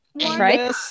Right